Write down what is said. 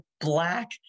black